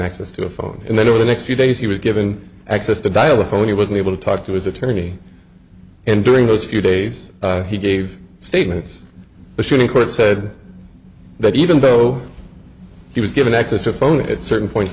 access to a phone and then over the next few days he was given access to dial the phone he was unable to talk to his attorney and during those few days he gave statements machine in court said that even though he was given access to phone it certain points